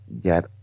get